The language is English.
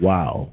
Wow